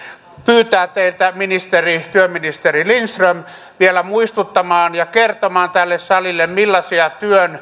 pyytää teitä työministeri lindström vielä muistuttamaan ja kertomaan tälle salille millaisia